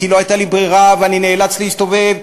לא הייתה לי ברירה ואני נאלץ להסתובב,